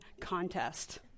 contest